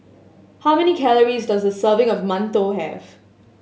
how many calories does a serving of mantou have